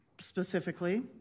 specifically